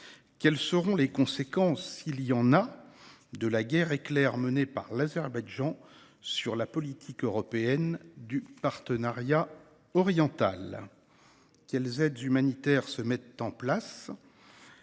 Quelles seront les conséquences, s’il y en a, de la guerre éclair menée par l’Azerbaïdjan sur la politique européenne du Partenariat oriental, et quelles aides humanitaires met-on en place ?